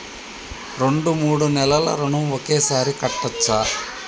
రెండు మూడు నెలల ఋణం ఒకేసారి కట్టచ్చా?